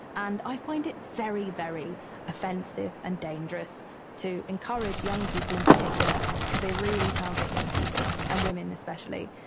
and i find it very, very offensive and dangerous to encourage young people in particular because they really target young people and women especially.